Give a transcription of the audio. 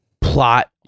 plot